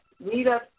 meetup